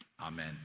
Amen